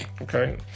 Okay